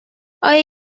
آیا